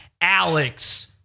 Alex